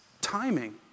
timing